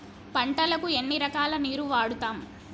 పంటలకు ఎన్ని రకాల నీరు వాడుతం?